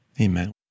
amen